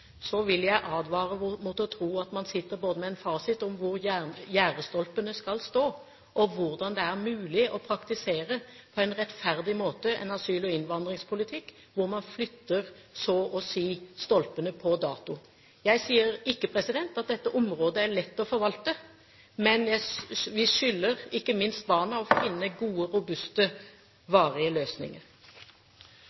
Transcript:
vil jeg advare mot å tro at man sitter med en fasit på både hvor gjerdestolpene skal stå, og hvordan det er mulig på en rettferdig måte å praktisere en asyl- og innvandringspolitikk hvor man så å si flytter stolpene på dato. Jeg sier ikke at dette området er lett å forvalte, men vi skylder ikke minst barna å finne gode, robuste,